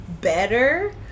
better